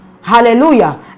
hallelujah